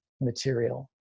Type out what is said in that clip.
material